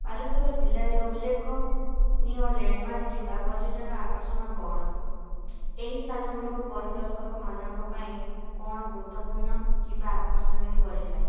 ବାଲେଶ୍ୱର ଜିଲ୍ଲାରେ ଉଲ୍ଲେଖନୀୟ ଲ୍ୟାଣ୍ଡମାର୍କ କିମ୍ବା ପର୍ଯ୍ୟଟନ ଆକର୍ଷଣ କ'ଣ ଏହି ସ୍ଥାନ ଗୁଡ଼ିକ ପରିଦର୍ଶକମାନଙ୍କ ପାଇଁ କ'ଣ ଗୁରୁତ୍ୱପୂର୍ଣ୍ଣ କିମ୍ୱା ଆକର୍ଷଣୀୟ କରିଥାଏ